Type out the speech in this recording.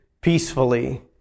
peacefully